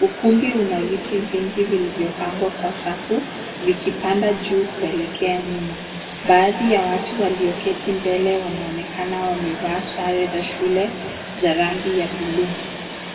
ukumbi una viti vingi vilivyopangwa kwa safu vikipanda juu kuelekea nyuma baadhi ya watu walioketi mbele wanaonekana wamevaa sare za shule za rangi ya buluu.